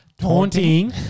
Taunting